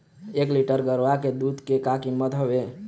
एक लीटर गरवा के दूध के का कीमत हवए?